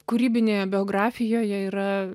kūrybinėje biografijoje yra